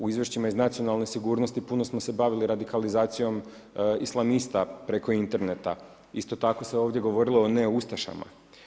U izvješćima iz nacionalne sigurnosti puno smo se bavili radikalizacijom Islamista preko interneta, isto tako se ovdje govorilo o ne ustašama.